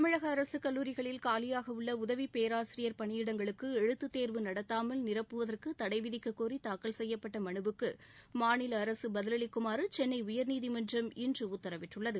தமிழக அரசு கல்லூரிகளில் காலியாக உள்ள உதவி பேராசிரியர் பணியடங்களுக்கு எழுத்துத் தேர்வு நடத்தாமல் நீரப்புவதற்கு தடை விதிக்கக்கோரி தாக்கல் செய்யப்பட்ட மனுவுக்கு மாநில அரசு பதிலளிக்குமாறு சென்னை உயர்நீதிமன்றம் இன்று உத்தரவிட்டுள்ளது